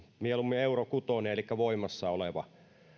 mieluummin euro kutonen elikkä voimassa oleva